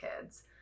kids